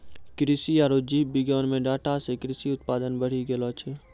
कृषि आरु जीव विज्ञान मे डाटा से कृषि उत्पादन बढ़ी गेलो छै